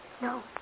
No